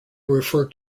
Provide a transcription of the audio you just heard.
refer